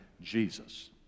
Jesus